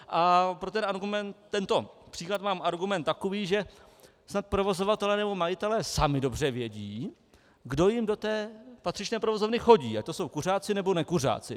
A pro tento příklad mám argument takový, že snad provozovatelé nebo majitelé sami dobře vědí, kdo jim do té patřičné provozovny chodí, ať to jsou kuřáci, nebo nekuřáci.